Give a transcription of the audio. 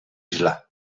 isla